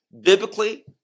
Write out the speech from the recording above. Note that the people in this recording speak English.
Biblically